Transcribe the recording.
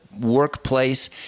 workplace